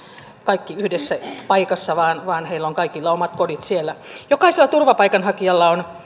kaikki yhdessä paikassa vaan vaan heillä on kaikilla omat kodit siellä jokaisella turvapaikanhakijalla on